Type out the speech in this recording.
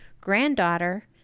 granddaughter